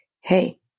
Hey